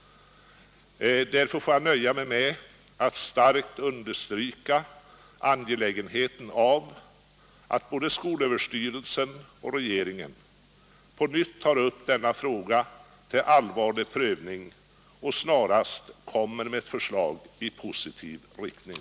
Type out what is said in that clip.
Därför får jag nöja mig med att starkt understryka angelägenheten av att både skolöverstyrelsen och regeringen på nytt tar upp denna fråga till allvarlig prövning och snarast kommer med ett förslag i positiv riktning.